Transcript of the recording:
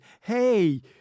hey